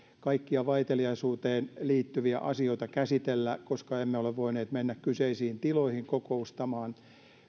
kaikkia vaiteliaisuuteen liittyviä asioita käsitellä koska emme ole voineet mennä kyseisiin tiloihin kokoustamaan